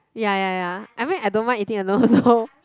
ya ya ya I mean I don't mind eating alone also